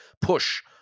push